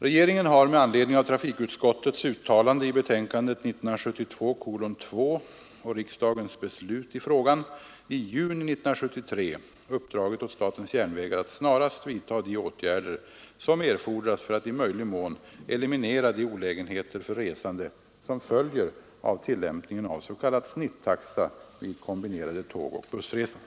Regeringen har — med anledning av trafikutskottets uttalande i betänkandet 1972:2 och riksdagens beslut i frågan — i juni 1973 uppdragit åt statens järnvägar att snarast vidta de åtgärder som erfordras för att i möjlig mån eliminera de olägenheter för resande som följer av tillämpningen av s.k. snittaxa vid kombinerade tågoch bussresor.